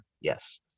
yes